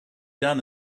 done